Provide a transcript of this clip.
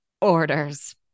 orders